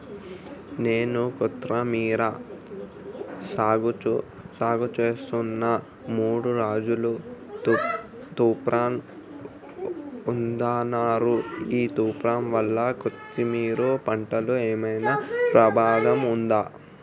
నేను కొత్తిమీర సాగుచేస్తున్న మూడు రోజులు తుఫాన్ ఉందన్నరు ఈ తుఫాన్ వల్ల కొత్తిమీర పంటకు ఏమైనా ప్రమాదం ఉందా?